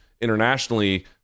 internationally